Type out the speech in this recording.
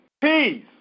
Peace